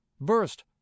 burst